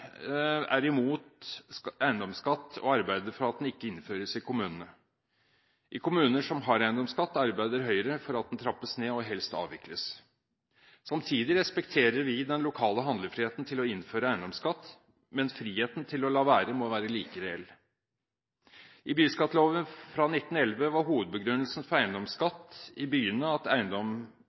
er imot eiendomsskatt og arbeider for at den ikke innføres i kommunene. I kommuner som har eiendomsskatt, arbeider Høyre for at den trappes ned og helst avvikles. Samtidig respekterer vi den lokale handlefriheten til å innføre eiendomsskatt, men friheten til å la være må være like reell. I byskatteloven fra 1911 var hovedbegrunnelsen for eiendomsskatt i byene at